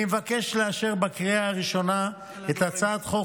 אני מבקש לאשר בקריאה הראשונה את הצעת חוק